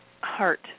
Heart